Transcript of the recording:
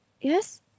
Yes